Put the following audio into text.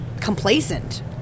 complacent